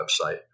website